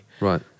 Right